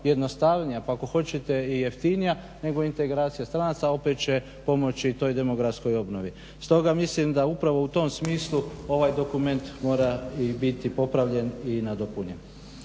jednostavnija pa ako hoćete i jeftinija nego integracija stranaca opet će pomoći to demografskoj obnovi. Stoga mislim da upravo u tom smislu ovaj dokument mora biti popravljen i nadopunjen.